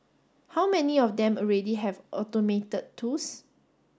how many of them already have automated tools